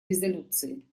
резолюции